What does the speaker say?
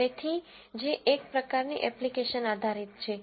તેથી જે એક પ્રકારની એપ્લિકેશન આધારિત છે